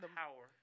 power